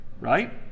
Right